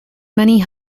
many